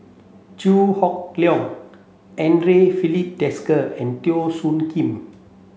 Chew Hock Leong Andre Filipe Desker and Teo Soon Kim